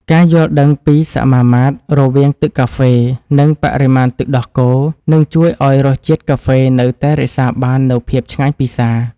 ការយល់ដឹងពីសមាមាត្ររវាងទឹកកាហ្វេ និងបរិមាណទឹកដោះគោនឹងជួយឱ្យរសជាតិកាហ្វេនៅតែរក្សាបាននូវភាពឆ្ងាញ់ពិសា។